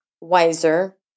wiser